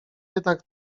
jednak